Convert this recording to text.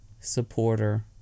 supporter